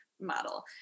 model